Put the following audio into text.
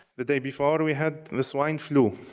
the day before, we had the swine flu,